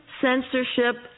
censorship